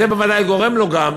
זה בוודאי גורם לו גם